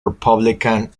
republican